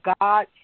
God